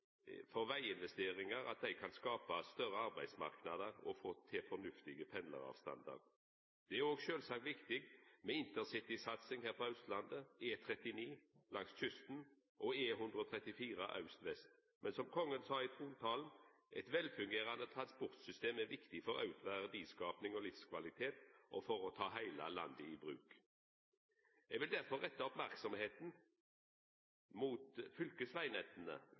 for veginvesteringar – ein kan då skapa større arbeidsmarknader og få til fornuftige pendlaravstandar. Det er òg sjølvsagt viktig med intercitysatsing her på Austlandet, E39 langs kysten og E134 aust–vest. Men som Kongen sa i trontalen: «Et velfungerende transportsystem er viktig for økt verdiskaping og livskvalitet, og for å ta hele landet i bruk.» Eg vil derfor retta merksemda mot